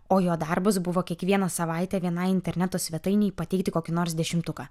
o jo darbas buvo kiekvieną savaitę vienai interneto svetainei pateikti kokį nors dešimtuką